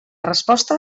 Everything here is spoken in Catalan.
resposta